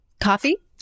Coffee